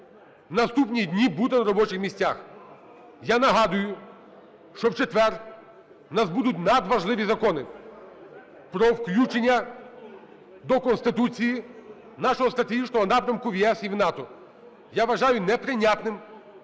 наступні дні бути на робочих місцях. Я нагадую, що в четвер у нас будуть надважливі закони про включення до Конституції нашого стратегічного напрямку в ЄС і в НАТО. Я вважаю неприйнятним,